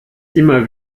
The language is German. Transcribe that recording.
immer